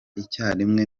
icyarimwe